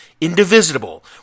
indivisible